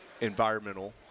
environmental